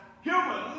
humans